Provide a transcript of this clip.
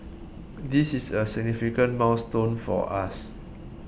this is a significant milestone for us